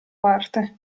parte